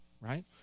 right